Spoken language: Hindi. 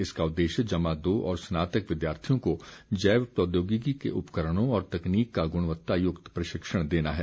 इसका उददेश्य जमा दो और स्नातक विद्यार्थियों को जैव प्रौद्योगिकी के उपकरणों और तकनीक का गुणवत्तायुक्त प्रशिक्षण देना है